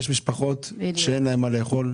אבל יש משפחות שאין להן מה לאכול,